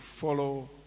follow